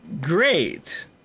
great